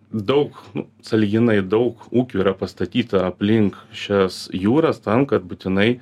daug nu sąlyginai daug ūkių yra pastatyta aplink šias jūras tam kad būtinai